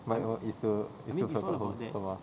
but um is to is to